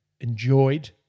enjoyed